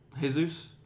Jesus